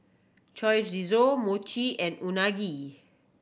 Chorizo Mochi and Unagi